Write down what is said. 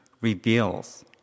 reveals